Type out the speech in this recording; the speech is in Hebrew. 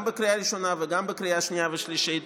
גם בקריאה ראשונה וגם בקריאה שנייה ושלישית,